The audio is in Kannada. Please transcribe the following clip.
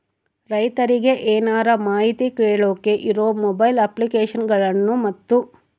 ರೈತರಿಗೆ ಏನರ ಮಾಹಿತಿ ಕೇಳೋಕೆ ಇರೋ ಮೊಬೈಲ್ ಅಪ್ಲಿಕೇಶನ್ ಗಳನ್ನು ಮತ್ತು?